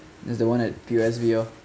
there's the one at P_O_S_B oh